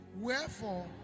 Wherefore